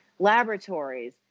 laboratories